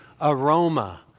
aroma